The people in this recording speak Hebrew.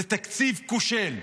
זה תקציב כושל,